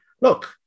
Look